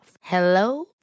Hello